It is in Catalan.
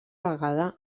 vegada